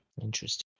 Interesting